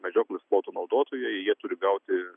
medžioklės plotų naudotojai jie turi gauti